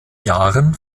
jahren